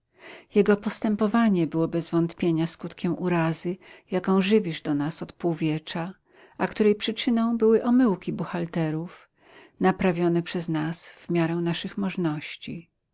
jego postępowanie było bez wątpienia skutkiem urazy jaką żywisz do nas od półwiecza a której przyczyną były omyłki buchalterów naprawione przez nas w miarę naszych